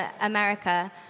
America